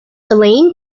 elaine